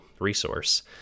resource